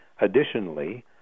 Additionally